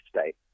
state